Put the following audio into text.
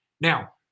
Now